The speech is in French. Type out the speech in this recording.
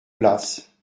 place